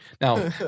now